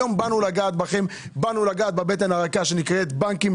היום באנו לגעת בכם בבטן הרכה של הבנקים,